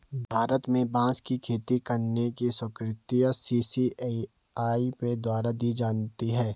भारत में बांस की खेती करने की स्वीकृति सी.सी.इ.ए द्वारा दी जाती है